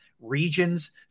regions